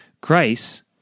Christ